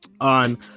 on